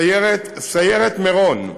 לסיירת מירון,